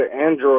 Android